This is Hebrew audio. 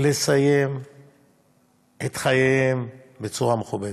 לסיים את חייהם בצורה מכובדת.